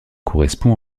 correspond